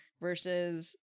versus